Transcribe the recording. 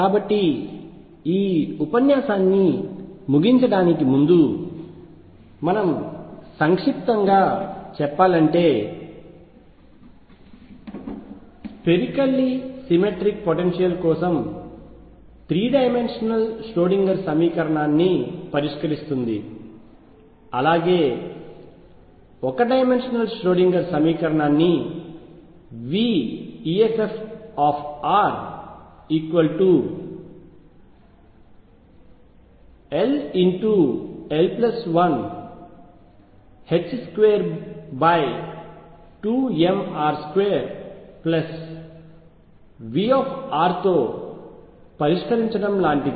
కాబట్టి ఈ ఉపన్యాసాన్ని ముగించడానికి ముందు సంక్షిప్తంగా చెప్పాలంటే స్పెరికల్లీ సిమెట్రిక్ పొటెన్షియల్ కోసం 3 డైమెన్షనల్ ష్రోడింగర్ సమీకరణాన్ని పరిష్కరిస్తుందిఅలాగే ఒక డైమెన్షనల్ ష్రోడింగర్ సమీకరణాన్ని veffrll122mr2V తో పరిష్కరించడం లాంటిది